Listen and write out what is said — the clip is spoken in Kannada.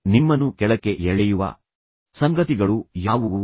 ನಿಮ್ಮನ್ನು ಕೆಳಕ್ಕೆ ಎಳೆಯುವ ಸಂಗತಿಗಳು ಯಾವುವು